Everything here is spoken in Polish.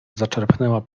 zaczerpnęła